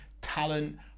talent